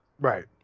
Right